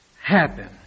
happen